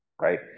Right